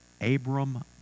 Abram